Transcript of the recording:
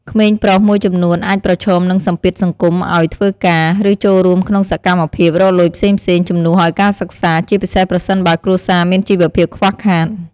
ក្មេងប្រុសមួយចំនួនអាចប្រឈមនឹងសម្ពាធសង្គមឱ្យធ្វើការ ឬចូលរួមក្នុងសកម្មភាពរកលុយផ្សេងៗជំនួសឱ្យការសិក្សា ជាពិសេសប្រសិនបើគ្រួសារមានជីវភាពខ្វះខាត។